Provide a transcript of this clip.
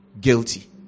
guilty